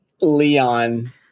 Leon